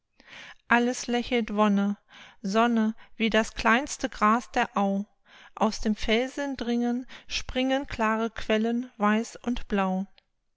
alles lächelt wonne sonne wie das kleinste gras der au aus dem felsen dringen springen klare quellen weiß und blau